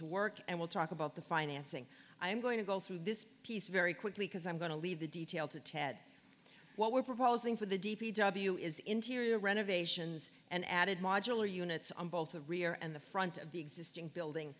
to work and we'll talk about the financing i'm going to go through this piece very quickly because i'm going to leave the detail to ted what we're proposing for the d p w is interior renovations and added modular units on both the rear and the front of the existing building